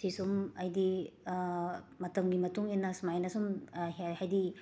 ꯁꯤ ꯁꯨꯝ ꯍꯥꯏꯗꯤ ꯃꯇꯝꯒꯤ ꯃꯇꯨꯡ ꯏꯟꯅ ꯁꯨꯃꯥꯏꯅ ꯁꯨꯝ ꯍ ꯍꯥꯏꯗꯤ